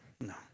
no